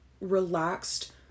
relaxed